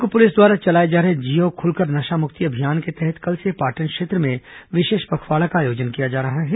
दुर्ग police द्वारा चलाए जा रहे जियो खुलकर नशामुक्ति अभियान के तहत कल से पाटन क्षेत्र में विशेष पखवाड़ा का आयोजन किया जा रहा है